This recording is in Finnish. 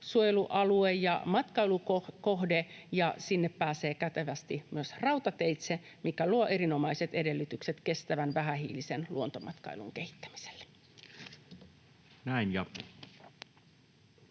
luonnonsuojelualue ja matkailukohde, ja sinne pääsee kätevästi myös rautateitse, mikä luo erinomaiset edellytykset kestävän, vähähiilisen luontomatkailun kehittämiselle.